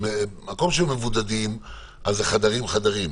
במקום של מבודדים זה חדרים-חדרים,